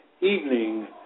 evening